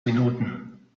minuten